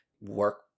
work